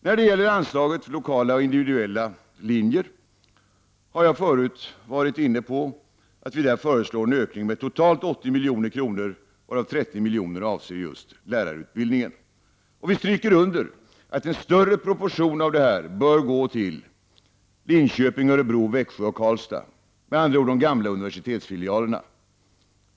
När det gäller anslaget till lokala och individuella linjer föreslår vi en ökning med totalt 80 milj.kr., varav 30 milj.kr. avser just lärarutbildningen, vilket jag tidigare har varit inne på. Vi understryker att en större proportion av dessa medel bör gå till Linköping, Örebro, Växjö och Karlstad, med andra ord de gamla universitetsfilialerna.